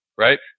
Right